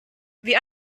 wie